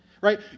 right